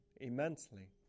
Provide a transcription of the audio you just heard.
immensely